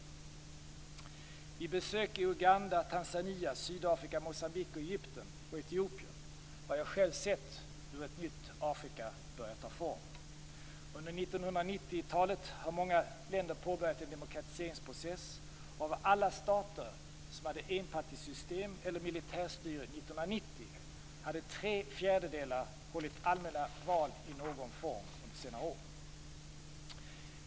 Vid besök i Uganda, Tanzania, Sydafrika, Moçambique, Egypten och Etiopien har jag själv sett hur ett nytt Afrika börjar ta form. Under 1990-talet har många länder påbörjat en demokratiseringsprocess. Av alla stater som hade enpartisystem eller militärstyre 1990 har tre fjärdedelar hållit allmänna val i någon form under senare år.